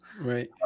right